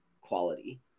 quality